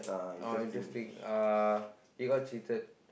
oh interesting uh he got cheated